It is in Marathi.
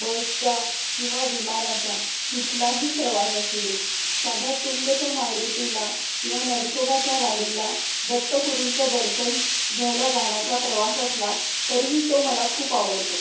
बसचा किंवा विमानाचा कुठलाही प्रवास असू दे साधा तुंगच्या मारुतीला किंवा नरसोबाच्या वाडीला दत्तगुरूंचं दर्शन घ्यायला जाण्याचा प्रवास असला तरीही तो मला खूप आवडतो